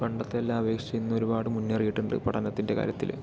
പണ്ടത്തെ എല്ലാം അപേക്ഷിച്ച് ഇന്ന് ഒരുപാട് മുന്നേറിയിട്ടുണ്ട് പഠനത്തിൻ്റെ കാര്യത്തില്